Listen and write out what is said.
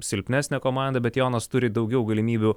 silpnesnę komandą bet jonas turi daugiau galimybių